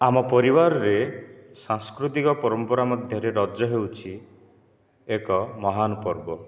ଆମ ପରିବାରରେ ସାଂସ୍କୃତିକ ପରମ୍ପରା ମଧ୍ୟରେ ରଜ ହେଉଛି ଏକ ମହାନ ପର୍ବ